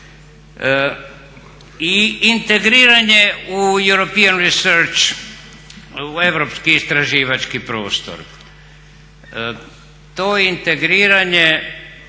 I integriranje u european research, u europski istraživački prostor. To integriranje